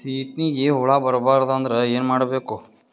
ಸೀತ್ನಿಗೆ ಹುಳ ಬರ್ಬಾರ್ದು ಅಂದ್ರ ಏನ್ ಮಾಡಬೇಕು?